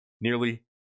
nearly